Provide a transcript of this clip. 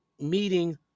meeting